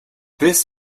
this